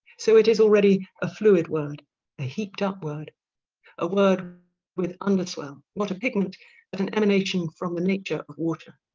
so it is already a fluid word a heaped up word a word with underswell not a pigment but an emanation from the nature of water